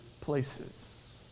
places